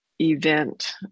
event